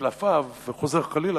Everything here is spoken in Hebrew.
ו"מושלם אף" וחוזר חלילה,